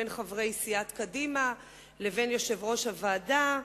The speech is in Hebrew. בין חברי סיעת קדימה לבין יושב-ראש הוועדה,